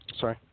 sorry